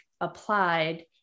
applied